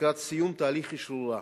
לקראת סיום תהליך אשרורה.